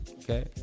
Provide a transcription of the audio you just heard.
okay